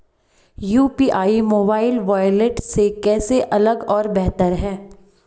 UPI mobile wallet से कैसे अलग और बेहतर है?